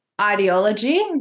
ideology